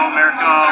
America